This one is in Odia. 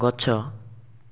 ଗଛ